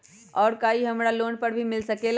और का इ हमरा लोन पर भी मिल सकेला?